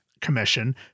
commission